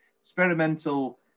experimental